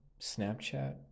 Snapchat